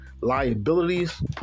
liabilities